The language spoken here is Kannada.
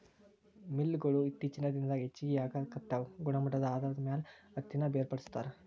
ಮಿಲ್ ಗೊಳು ಇತ್ತೇಚಿನ ದಿನದಾಗ ಹೆಚಗಿ ಆಗಾಕತ್ತಾವ ಗುಣಮಟ್ಟದ ಆಧಾರದ ಮ್ಯಾಲ ಹತ್ತಿನ ಬೇರ್ಪಡಿಸತಾರ